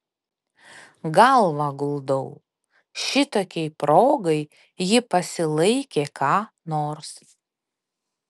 galvą guldau šitokiai progai ji pasilaikė ką nors